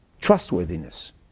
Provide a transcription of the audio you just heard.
trustworthiness